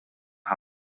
ha